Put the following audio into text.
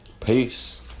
Peace